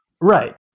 Right